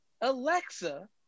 Alexa